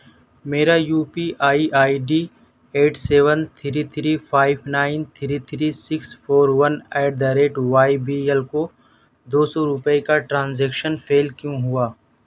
میرا U P I I D eight seven three three five nine three three six four one at the rate Y B L کو دو سو روپے کا transaction fail کیوں ہوا